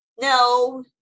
no